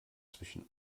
zwischen